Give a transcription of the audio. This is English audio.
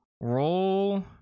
Roll